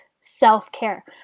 self-care